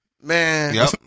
Man